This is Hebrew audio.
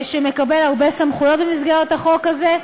שמקבל הרבה סמכויות במסגרת החוק הזה,